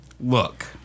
look